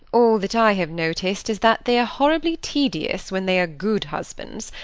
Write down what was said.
all that i have noticed is that they are horribly tedious when they are good husbands,